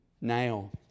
now